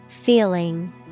Feeling